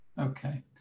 Okay